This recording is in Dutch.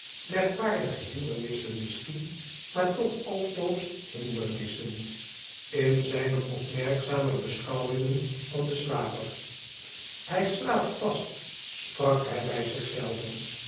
merkwaardige hindernissen misschien maar toch altoos hindernissen in zijne opmerkzame beschouwingen van den slaper hij slaapt vast sprak hij bij